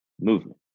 movement